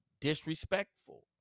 disrespectful